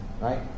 right